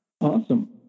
Awesome